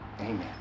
Amen